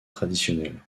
traditionnelles